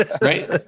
right